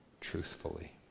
truthfully